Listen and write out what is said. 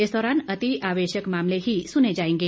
इस दौरान अतिआवश्यक मामले ही सुने जाएंगे